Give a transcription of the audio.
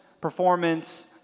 performance